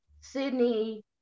Sydney